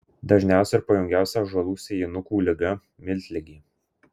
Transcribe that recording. dažniausia ir pavojingiausia ąžuolų sėjinukų liga miltligė